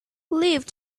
leave